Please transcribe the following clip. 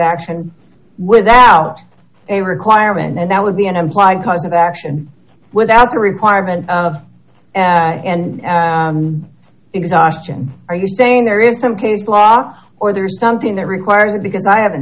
action without a requirement and that would be an implied cause of action without the requirement and exhaustion are you saying there is some case law or there's something that requires it because i haven't